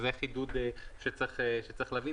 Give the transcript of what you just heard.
זה חידוד שצריך להבין,